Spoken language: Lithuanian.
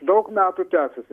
daug metų tęsiasi